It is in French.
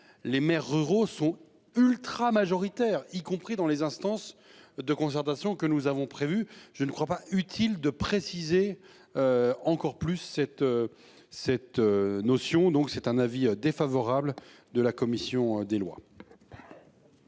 Les maires ruraux sont ultra-majoritaire, y compris dans les instances de concertation que nous avons prévu. Je ne crois pas utile de préciser. Encore plus cette. Cette notion, donc c'est un avis défavorable de la commission des lois.